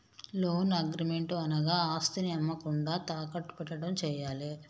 loan agreement అనగా ఆస్తిని అమ్మకుండా తాకట్టు పెట్టడం చేయాలే